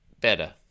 Better